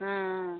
ஆ ஆ